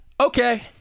okay